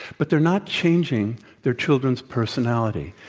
but they're not changing their children's personality.